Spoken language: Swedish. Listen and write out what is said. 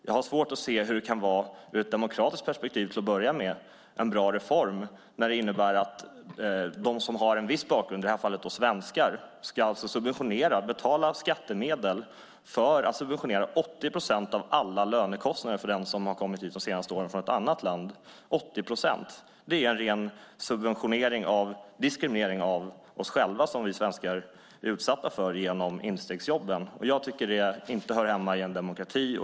Jag har svårt att se hur det ur ett demokratiskt perspektiv till att börja med kan vara en bra reform när det innebär att de som har en viss bakgrund, i det här fallet svenskar, betalar skattemedel för att subventionera 80 procent av alla lönekostnader för dem som har kommit hit de senaste åren från ett annat land. 80 procent - det är en ren subventionering av diskriminering av oss själva som vi svenskar blir utsatta för genom instegsjobben. Jag tycker inte att det hör hemma i en demokrati.